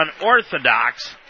unorthodox